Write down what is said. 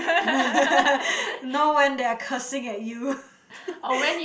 no when they are cursing at you